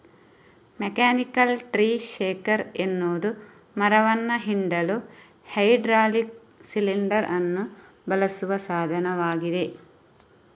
mechanical tree shaker ಎನ್ನುವುದು ಮರವನ್ನ ಹಿಂಡಲು ಹೈಡ್ರಾಲಿಕ್ ಸಿಲಿಂಡರ್ ಅನ್ನು ಬಳಸುವ ಸಾಧನವಾಗಿದೆ